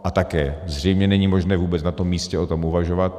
A také zřejmě není možné vůbec na tom místě o tom uvažovat.